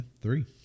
three